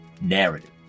narrative